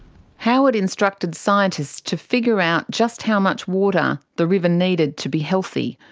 howard instructed scientists to figure out just how much water the river needed to be healthy.